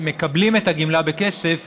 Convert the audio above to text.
שמקבלים את הגמלה בכסף: